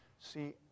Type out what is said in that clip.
see